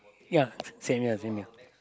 ya same here same here